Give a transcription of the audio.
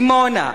דימונה,